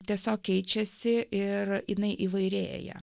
tiesiog keičiasi ir jinai įvairėja